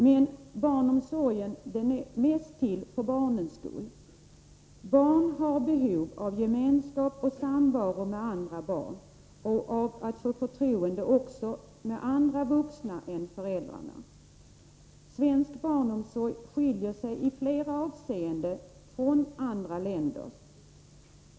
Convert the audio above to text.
Men barnomsorgen är mest till för barnens skull. Barn har behov av gemenskap och samvaro med andra barn och av att få förtroende också för andra vuxna än föräldrarna. Svensk barnomsorg skiljer sig i flera avseenden från andra länders.